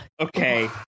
Okay